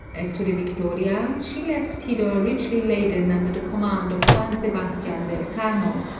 as to the victoria, she left tidor richly laden under the command of juan sebastian del cano,